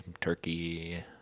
turkey